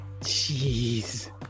Jeez